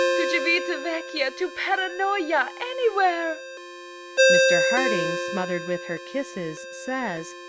to civita vecchia, to para noia anywhere mr. harding, smothered with her kisses, says,